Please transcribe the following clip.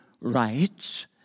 rights